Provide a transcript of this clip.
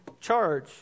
charge